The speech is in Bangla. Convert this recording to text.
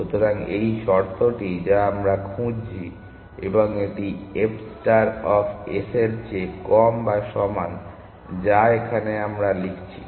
সুতরাং এই শর্তটি যা আমরা খুঁজছি এবং এটি f ষ্টার অফ s এর চেয়ে কম বা সমান যা এখানে আমরা লিখেছি